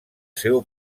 seu